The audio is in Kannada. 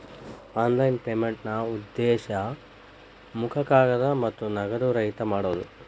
ಆನ್ಲೈನ್ ಪೇಮೆಂಟ್ನಾ ಉದ್ದೇಶ ಮುಖ ಕಾಗದ ಮತ್ತ ನಗದು ರಹಿತ ಮಾಡೋದ್